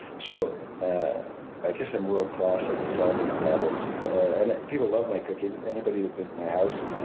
so i guess i'm world class at solving problems. and people love my cooking anybody who's been to my house.